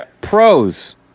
pros